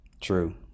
True